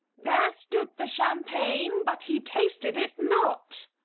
there stood the champagne, but he tasted it not!